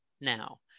now